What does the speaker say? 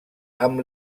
amb